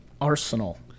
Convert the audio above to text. Arsenal